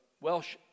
welsh